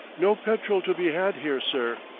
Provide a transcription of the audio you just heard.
no petrol to be had here, sir,